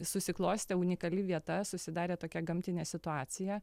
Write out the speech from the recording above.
susiklostė unikali vieta susidarė tokia gamtinė situacija